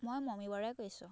মই মমী বৰাই কৈছোঁ